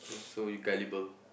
so you gullible